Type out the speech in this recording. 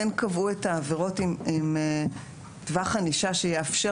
כן קבעו את העבירות עם טווח ענישה שיאפשר